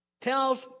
tells